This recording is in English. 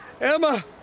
Emma